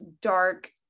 dark